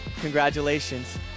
congratulations